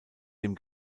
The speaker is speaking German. dem